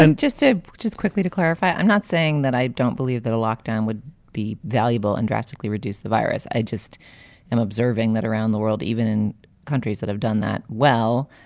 and just to just quickly to clarify, i'm not saying that i don't believe that a lockdown would be valuable and drastically reduce the virus. i just am observing that around the world, even in countries that have done that, well,